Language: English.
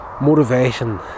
motivation